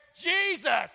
Jesus